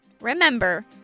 Remember